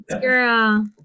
girl